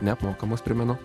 neapmokamus primenu